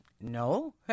no